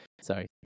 Sorry